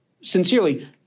sincerely